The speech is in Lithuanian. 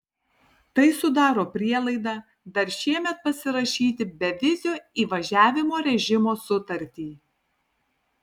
tai sudaro prielaidą dar šiemet pasirašyti bevizio įvažiavimo režimo sutartį